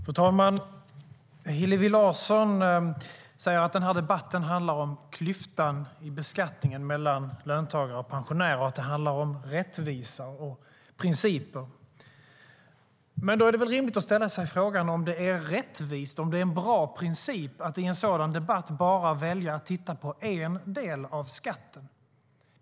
Fru talman! Hillevi Larsson säger att debatten handlar om klyftan i beskattningen av löntagare och pensionärer och att det handlar om rättvisa och principer. Då är det väl rimligt att ställa sig frågan om det är rättvist och en bra princip att i en sådan debatt bara välja att titta på en del av skatten.